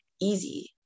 easy